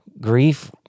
Grief